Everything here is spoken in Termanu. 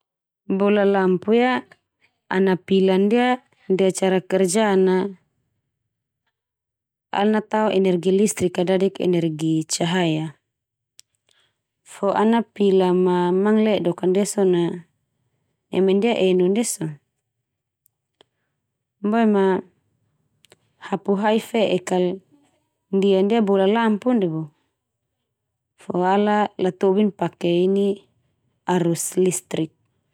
Bola lampu ia, ana pila ndia, ndia cara kerja na ana tao energi listrik a dadik energi cahaya. Fo ana pila ma mangledok ka ndia so na neme ndia enon ndia so. Boe ma hapu hai fe'ek kal ndia-ndia bola lampu ndia bo, fo ala latobin pake ini arus listrik.